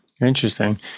Interesting